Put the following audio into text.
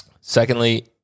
Secondly